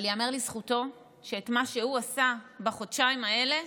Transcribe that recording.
אבל ייאמר לזכותו שמה שהוא עשה בחודשיים האלה,